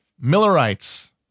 Millerites